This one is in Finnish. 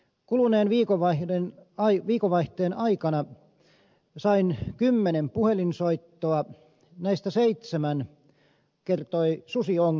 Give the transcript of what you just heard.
kuluneen viikonvaihteen aikana sain kymmenen puhelinsoittoa näistä seitsemän kertoi susiongelmista